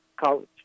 college